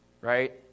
Right